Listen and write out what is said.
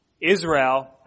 Israel